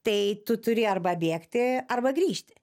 tai tu turi arba bėgti arba grįžti